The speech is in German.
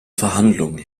verhandlungen